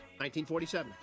1947